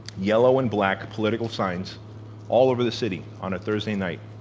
yellow and black political signs all over the city on a thursday night.